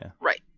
Right